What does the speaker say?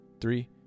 three